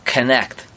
Connect